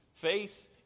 faith